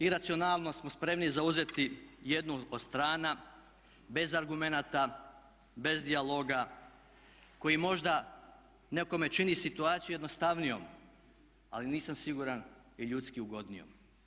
I racionalno smo spremni zauzeti jednu od strana bez argumenata, bez dijaloga koji možda nekome čini situaciju jednostavnijom ali nisam siguran i ljudskih ugodnijom.